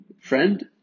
friend